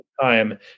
time